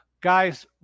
Guys